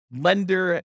lender